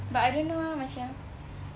but I don't know ah macam